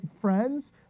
friends